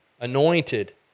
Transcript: anointed